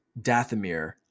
Dathomir